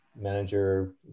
manager